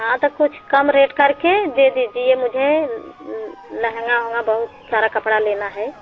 हाँ ता कुछ कम रेट कर के दे दीजिए मुझे लहंगा उह्न्गा बहुत सारा कपड़ा लेना है